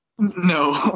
No